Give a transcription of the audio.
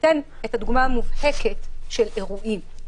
אתן את הדוגמה המובהקת של אירועים.